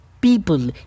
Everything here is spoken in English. people